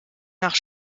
nach